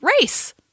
Race